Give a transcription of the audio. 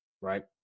right